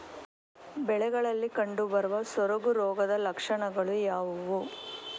ಬೆಳೆಗಳಲ್ಲಿ ಕಂಡುಬರುವ ಸೊರಗು ರೋಗದ ಲಕ್ಷಣಗಳು ಯಾವುವು?